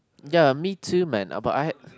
ya me too man uh but I had